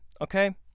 okay